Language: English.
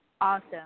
awesome